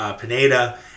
Pineda